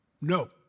No